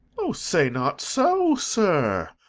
o, say not so, sir!